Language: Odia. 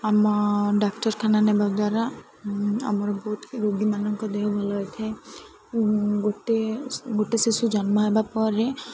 ଆମ ଡାକ୍ତରଖାନା ନେବା ଦ୍ୱାରା ଆମର ବହୁତ ରୋଗୀ ମାନଙ୍କ ଦେହ ଭଲ ହୋଇଥାଏ ଗୋଟେ ଗୋଟେ ଶିଶୁ ଜନ୍ମ ହେବା ପରେ